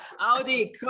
audi